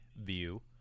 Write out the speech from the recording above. view